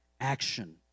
action